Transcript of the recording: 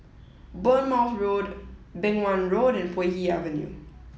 Bournemouth Road Beng Wan Road and Puay Hee Avenue